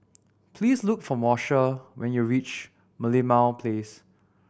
please look for Moshe when you reach Merlimau Place